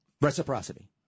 Reciprocity